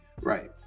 Right